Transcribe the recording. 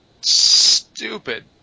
stupid